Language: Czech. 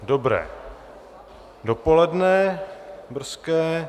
Dobré dopoledne brzké.